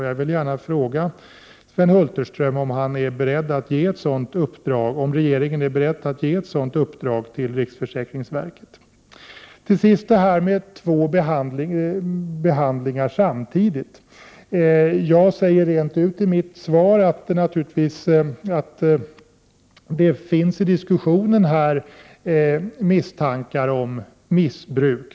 Jag vill fråga Sven Hulterström om regeringen är beredd att ge ett sådant uppdrag till riksförsäkringsverket. Till sist vill jag ta upp frågan om två behandlingar samtidigt. Jag säger rent ut i min interpellation att det finns i diskussionen misstankar om missbruk.